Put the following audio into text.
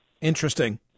Interesting